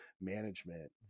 management